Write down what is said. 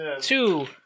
Two